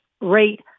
rate